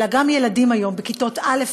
אלא היום גם ילדים בכיתות א',